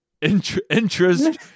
interest